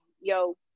yo